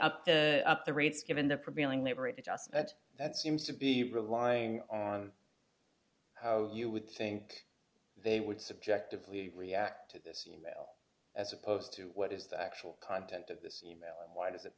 the up the rates given the prevailing liberated just that that seems to be relying on you would think they would subjectively react to this e mail as opposed to what is the actual content of this email why does it